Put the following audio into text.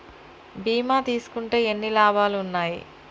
బీమా తీసుకుంటే ఎన్ని లాభాలు ఉన్నాయి?